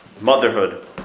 motherhood